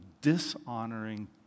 dishonoring